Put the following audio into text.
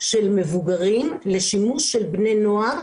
של מבוגרים לשימוש של בני נוער,